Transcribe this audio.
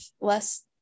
less